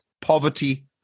poverty